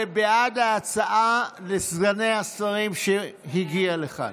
זה בעד ההצעה לסגני השרים שהגיעה לכאן.